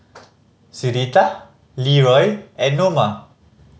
Syreeta Leeroy and Noma